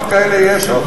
כמה כאלה יש?